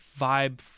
vibe